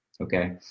okay